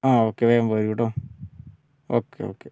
ആ ഓക്കേ വേഗം വരൂ കേട്ടോ ഓക്കേ ഓക്കേ